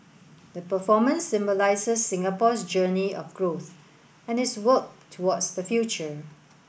the performance symbolises Singapore's journey of growth and its work towards the future